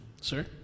sir